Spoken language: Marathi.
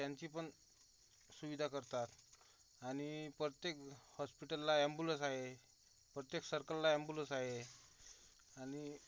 त्यांचीपन सुविदा करतात आनि पर्त्तेक हॉस्पिटलला अॅम्बुलस आए प्रत्येक सर्कलला अॅम्बुलन्स आये आनि